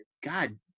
God